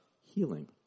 healing